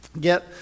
get